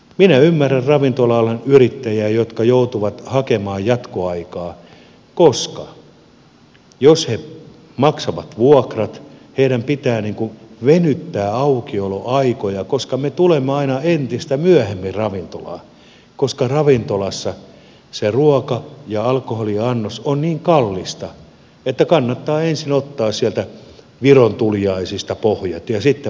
minä ymmärrän ravintola alan yrittäjiä jotka joutuvat hakemaan jatkoaikaa koska jos he maksavat vuokrat heidän pitää venyttää aukioloaikoja koska me tulemme aina entistä myöhemmin ravintolaan koska ravintolassa se ruoka ja alkoholiannos ovat niin kalliita että kannattaa ensin ottaa sieltä viron tuliaisista pohjat ja sitten vasta tulla ravintolaan